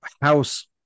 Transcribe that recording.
house